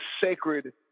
sacred